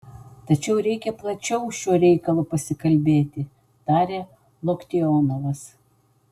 tačiau reikia plačiau šiuo reikalu pasikalbėti tarė loktionovas